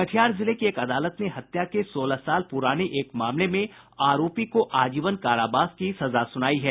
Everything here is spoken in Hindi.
कटिहार जिले की एक अदालत ने हत्या के सोलह साल पुराने एक मामले में आरोपी को आजीवन कारावास की सजा सुनायी है